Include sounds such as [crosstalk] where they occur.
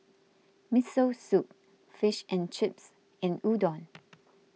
Miso Soup Fish and Chips and Udon [noise]